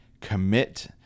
commit